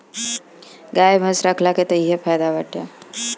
गाई भइस रखला के तअ इहे फायदा बाटे